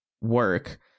work